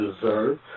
deserve